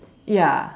ya